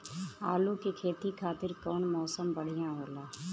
आलू के खेती खातिर कउन मौसम बढ़ियां होला?